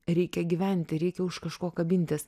reikia gyventi reikia už kažko kabintis